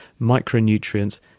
micronutrients